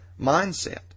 mindset